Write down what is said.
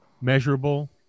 measurable